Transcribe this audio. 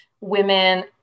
women